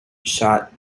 shot